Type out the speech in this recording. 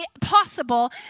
possible